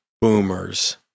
boomers